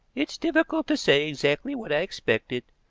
it's difficult to say exactly what i expected,